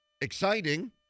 exciting